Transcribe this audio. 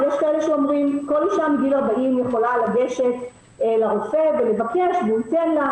יש כאלה שאומרים שכל אישה מגיל 40 יכולה לגשת לרופא ולבקש והוא ייתן לה,